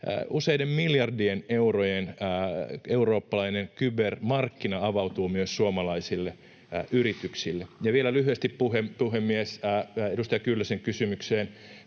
useiden miljardien eurojen eurooppalainen kybermarkkina avautuu myös suomalaisille yrityksille. Vielä lyhyesti, puhemies, edustaja Kyllösen kysymykseen: